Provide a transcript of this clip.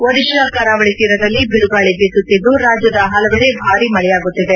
ಒಡಿಶಾ ಕರಾವಳಿ ತೀರದಲ್ಲಿ ಬಿರುಗಾಳಿ ಬೀಸುತ್ತಿದ್ದು ರಾಜ್ಯದ ಹಲವೆಡೆ ಭಾರಿ ಮಳೆಯಾಗುತ್ತಿದೆ